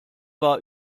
war